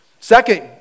Second